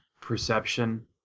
perception